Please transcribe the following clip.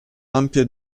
ampia